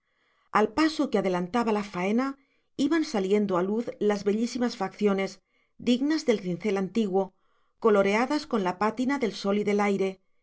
al paso que adelantaba la faena iban saliendo a luz las bellísimas facciones dignas del cincel antiguo coloreadas con la pátina del sol y del aire